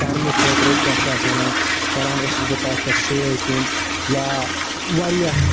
پرنہٕ خٲطرٕ کیٛاہ چھِ اتھ وَنان کَران اوسُس بہٕ تَتھ پٮ۪ٹھ سیو تِم یا واریاہ